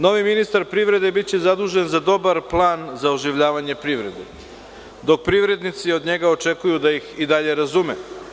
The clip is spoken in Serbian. Novi ministar privrede biće zadužen za dobar plan za oživljavanje privrede, dok privrednici od njega očekuju da ih i dalje razume.